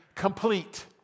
Complete